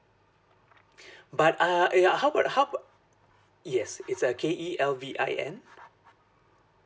but err eh ya how about how about yes it's uh K E L V I N